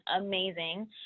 amazing